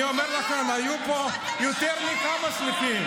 אתה משקר, אני אומר לכם, היו פה יותר מכמה שליחים.